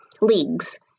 leagues